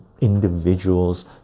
individuals